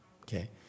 Okay